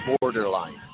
borderline